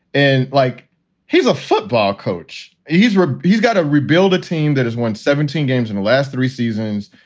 and like he's a football coach, he's a ah he's got to rebuild a team that has won seventeen games in the last three seasons.